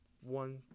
one